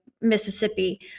Mississippi